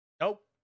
Nope